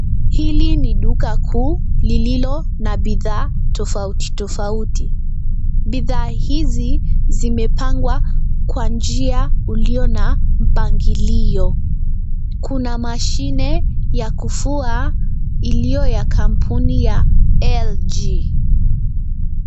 Hili ni duka kuu lililo na bidhaa tofauti tofauti. Bidhaa hizi zimepangwa kwa njia ulio na mpangilio. Kuna mashine ya kufua iliyo ya kampuni ya LG.